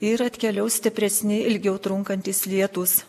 ir atkeliaus stipresni ilgiau trunkantys lietūs